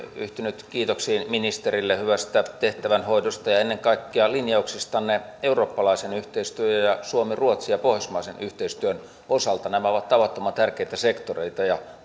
yhtynyt kiitoksiin ministerille hyvästä tehtävänhoidosta ja ennen kaikkea linjauksistanne eurooppalaisen yhteistyön ja suomi ruotsi ja pohjoismaisen yhteistyön osalta nämä ovat tavattoman tärkeitä sektoreita ja